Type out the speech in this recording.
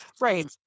right